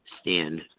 Stand